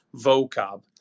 vocab